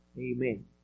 amen